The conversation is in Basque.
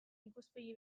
ikuspegi